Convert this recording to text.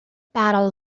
battle